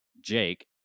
jake